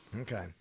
Okay